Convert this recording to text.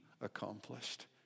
accomplished